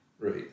Right